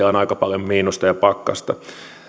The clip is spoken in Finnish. on aika paljon miinusta ja pakkasta